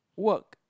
work